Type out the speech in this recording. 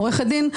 עורכת דין,